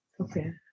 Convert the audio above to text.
okay